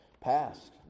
passed